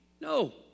No